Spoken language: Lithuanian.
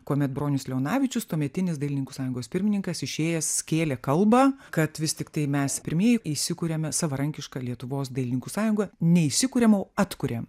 kuomet bronius leonavičius tuometinis dailininkų sąjungos pirmininkas išėjęs skėlė kalbą kad vis tiktai mes pirmieji įsikuriame savarankišką lietuvos dailininkų sąjunga ne įsikuriam o atkuriam